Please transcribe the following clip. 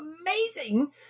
amazing